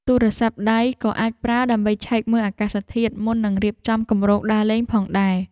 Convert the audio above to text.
ទូរស័ព្ទដៃ ក៏អាចប្រើដើម្បីឆែកមើលអាកាសធាតុ មុននឹងរៀបចំគម្រោងដើរលេងផងដែរ។